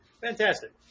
Fantastic